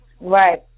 Right